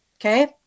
okay